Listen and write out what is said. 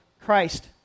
Christ